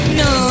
no